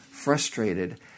frustrated